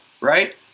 right